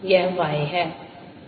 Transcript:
यह y है यह z है